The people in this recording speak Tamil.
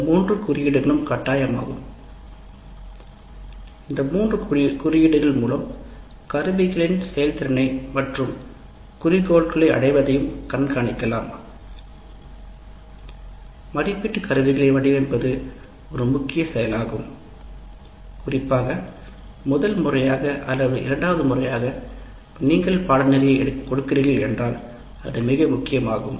இந்த மூன்று குறிச்சொற்களும் கட்டாயமாகும் இந்த மூன்று குறியீடுகள் மூலம் அடுத்தடுத்த கணக்கீடுகளை செய்யலாம் மதிப்பீட்டு கருவிகளை வடிவமைப்பது ஒரு முக்கிய செயலாகும் குறிப்பாக முதல் முறையாக அல்லது இரண்டாவது முறையாக நீங்கள் கொடுக்கிறீர்கள் என்றால் அது மிக முக்கியமாகும்